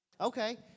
okay